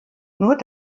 nur